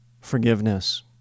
forgiveness